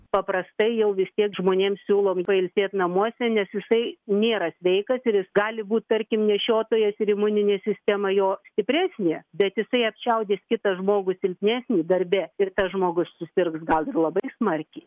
paprastai jau vis tiek žmonėm siūlom pailsėt namuose nes jisai nėra sveikas ir jis gali būt tarkim nešiotojas ir imuninė sistema jo stipresnė bet jisai apčiaudės kitą žmogų silpnesnį darbe ir tas žmogus susirgs gal ir labai smarkiai